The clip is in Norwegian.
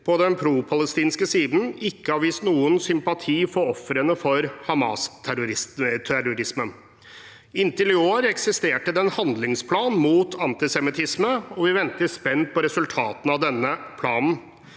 på den propalestinske siden ikke har vist noen sympati for ofrene for Hamas-terrorismen. Inntil i år eksisterte det en handlingsplan mot antisemittisme, og vi venter spent på resultatene av denne planen.